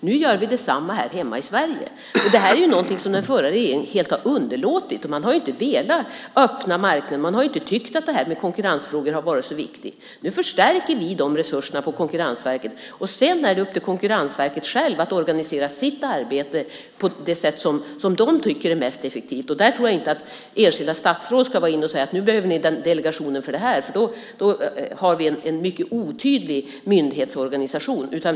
Nu gör vi detsamma här hemma i Sverige. Det här är någonting som den förra regeringen helt har underlåtit. Man har inte velat öppna marknaden. Man har inte tyckt att konkurrensfrågor har varit så viktiga. Nu förstärker vi de resurserna på Konkurrensverket. Sedan är det upp till Konkurrensverket självt att organisera sitt arbete på det sätt som man tycker är mest effektivt. Där tror jag inte att enskilda statsråd ska gå in och säga att man behöver en delegation för det här, för då har vi en mycket otydlig myndighetsorganisation.